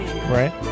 Right